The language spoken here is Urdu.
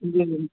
جی جی